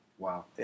Wow